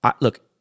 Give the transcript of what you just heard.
look